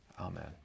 Amen